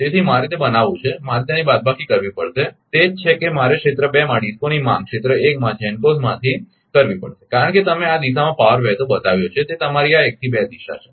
તેથી મારે તે બનાવવું છે મારે તેની બાદબાકી કરવી પડશે તે જ છે કે મારે ક્ષેત્ર 2 માં ડિસ્કોની માંગ ક્ષેત્ર 1 માં GENCOs માંથી કરવી પડશે કારણ કે તમે આ દિશામાં પાવર વહેતો બતાવ્યો છે તે તમારી આ 1 થી 2 દિશા છે